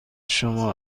شما